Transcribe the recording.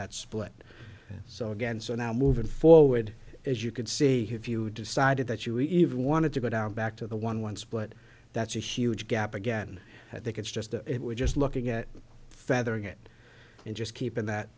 that split so again so now moving forward as you can see if you decided that you even wanted to go down back to the one once but that's a huge gap again i think it's just it was just looking at feathering it and just keeping that